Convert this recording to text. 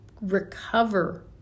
recover